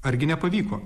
argi nepavyko